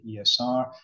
ESR